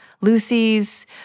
Lucy's